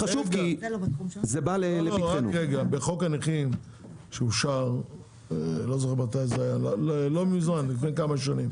בחוק הנכים שאושר לפני כמה שנים,